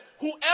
Whoever